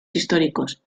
históricos